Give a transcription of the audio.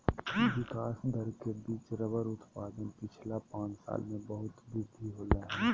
विकास दर के बिच रबर उत्पादन पिछला पाँच साल में बहुत वृद्धि होले हें